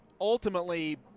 ultimately